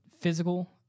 physical